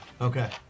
Okay